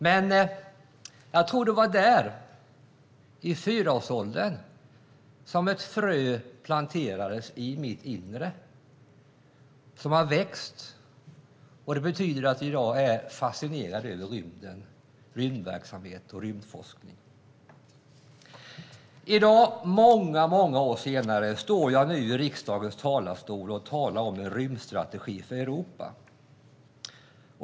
Men det var där, när jag var i fyraårsåldern, som ett frö planterades i mitt inre. Detta frö har växt, och i dag är jag fascinerad av rymden, rymdverksamhet och rymdforskning. I dag, många, många år senare, står jag nu i riksdagens talarstol och talar om en rymdstrategi för Europa.